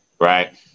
right